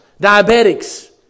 diabetics